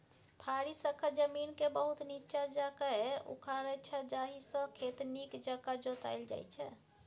फारी सक्खत जमीनकेँ बहुत नीच्चाँ जाकए उखारै छै जाहिसँ खेत नीक जकाँ जोताएल जाइ छै